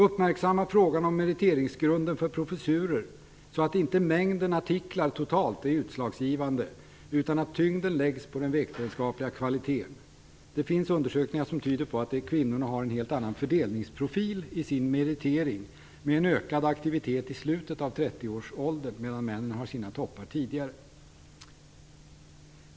Uppmärksamma frågan om meriteringsgrunden för professurer så att inte mängden artiklar totalt är utslagsgivande utan så att tyngdpunkten läggs på den vetenskapliga kvaliteten. Det finns undersökningar som tyder på att kvinnor har en annan fördelningsprofil i sin meritering med en ökad aktivitet i slutet av 30-årsåldern, medan männen har sina toppar tidigare.